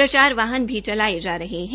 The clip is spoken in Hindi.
प्रचार वाहन भी चलाये जा रहे है